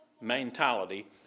mentality